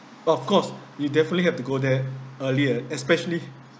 of course you definitely have to go there earlier especially